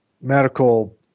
medical